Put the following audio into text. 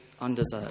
undeserved